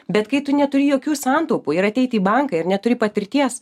bet kai tu neturi jokių santaupų ir ateiti į banką ir neturi patirties